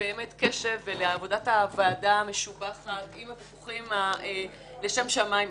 הקשב ועל עבודת הוועדה המשובחת עם הוויכוחים לשם שמים.